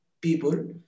people